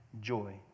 joy